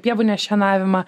pievų nešienavimą